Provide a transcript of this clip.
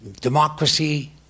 Democracy